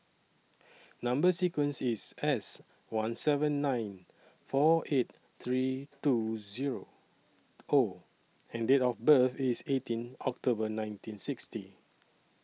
Number sequence IS S one seven nine four eight three two Zero O and Date of birth IS eighteen October nineteen sixty